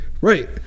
Right